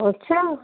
ਅੱਛਾ